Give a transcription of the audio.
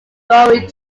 rowing